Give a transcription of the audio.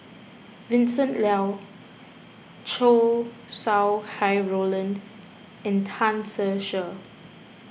Vincent Leow Chow Sau Hai Roland and Tan Ser Cher